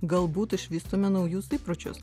galbūt išvystome naujus įpročius